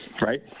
right